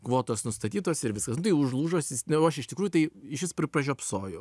kvotos nustatytos ir viskas nu tai užlūžo sist o aš iš tikrųjų tai išvis pri pražiopsojau